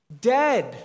Dead